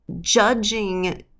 judging